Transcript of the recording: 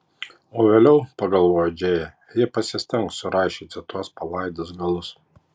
o vėliau pagalvojo džėja ji pasistengs suraišioti tuos palaidus galus